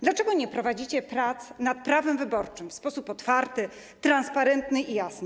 Dlaczego nie prowadzicie prac nad prawem wyborczym w sposób otwarty, transparentny i jasny?